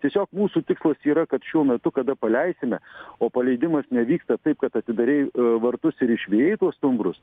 tiesiog mūsų tikslas yra kad šiuo metu kada paleisime o paleidimas nevyksta taip kad atidarei vartus ir išvijai tuos stumbrus